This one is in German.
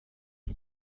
von